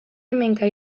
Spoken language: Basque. hemenka